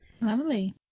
Lovely